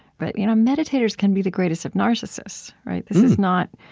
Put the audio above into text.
but you know meditators can be the greatest of narcissists. this is not